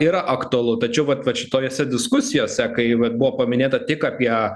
yra aktualu tačiau vat vat šitose diskusijose kai va buvo paminėta tik apie